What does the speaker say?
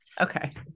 Okay